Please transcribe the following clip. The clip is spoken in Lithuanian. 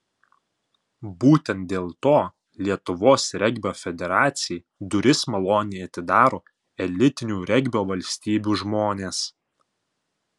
būtent dėl to lietuvos regbio federacijai duris maloniai atidaro elitinių regbio valstybių žmonės